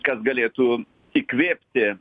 kas galėtų įkvėpti